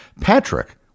Patrick